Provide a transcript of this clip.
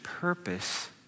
purpose